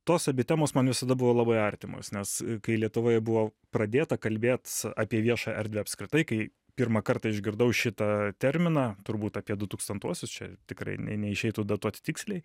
tos abi temos man visada buvo labai artimos nes kai lietuvoj buvo pradėta kalbėt apie viešą erdvę apskritai kai pirmą kartą išgirdau šitą terminą turbūt apie du tūkstantuosius čia tikrai ne neišeitų datuoti tiksliai